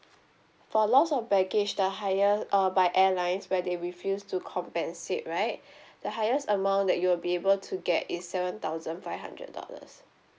for loss of baggage the higher err by airlines where they refuse to compensate right the highest amount that you will be able to get is seven thousand five hundred dollars